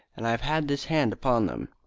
and i've had this hand upon them.